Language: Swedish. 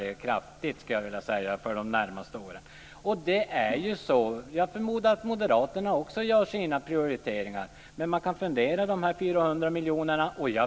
Sedan ökar det, skulle jag vilja säga, kraftigt för de närmaste åren. Jag förmodar att Moderaterna också gör sina prioriteringar. Men man kan fundera över de 400 miljonerna.